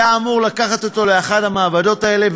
הוא היה אמור לקחת אותו לאחת המעבדות האלה,